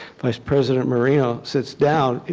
vice president moreno sits down,